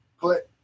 put